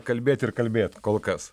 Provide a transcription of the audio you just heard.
kalbėt ir kalbėt kol kas